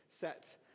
set